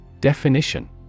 Definition